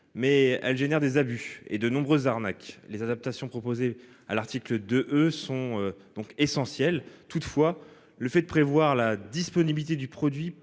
mais elle a généré des abus et de nombreuses arnaques. Les adaptations proposées à l'article 2 E sont donc essentielles. Toutefois, le fait de s'assurer de la disponibilité du produit